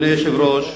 אדוני היושב-ראש,